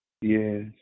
Yes